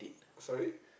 sorry